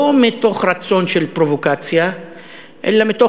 לא מתוך רצון של פרובוקציה אלא מתוך